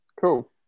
Cool